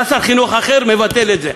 בא שר חינוך אחר ומבטל את זה.